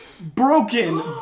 broken